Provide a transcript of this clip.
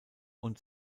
und